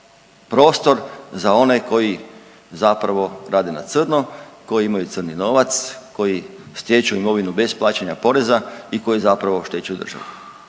prostor za one koji zapravo rade na crno, koji imaju crni novac, koji stječu imovinu bez plaćanja poreza i koji zapravo oštećuju državu.